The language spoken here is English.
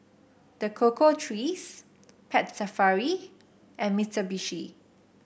The Cocoa Trees Pet Safari and Mitsubishi